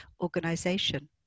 organization